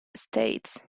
states